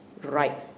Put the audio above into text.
right